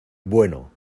bueno